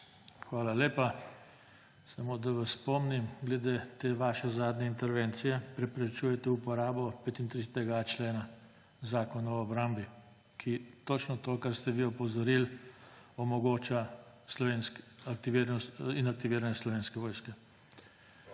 Hvala lepa. Samo, da vas spomnim glede te vaše zadnje intervencije. Preprečujete uporabo 35.a člena Zakona o obrambi, ki točno to, kar ste vi opozorili, omogoča in aktiviranje Slovenske vojske.